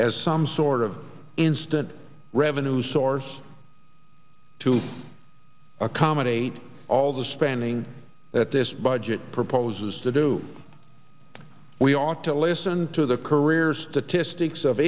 as some sort of instant revenue source to accommodate all the spending that this budget proposes to do we ought to listen to the career statistics of